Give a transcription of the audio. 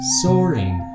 soaring